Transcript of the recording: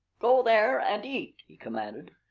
go there and eat, he commanded,